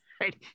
right